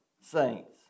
saints